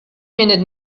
minute